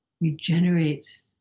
regenerates